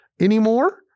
anymore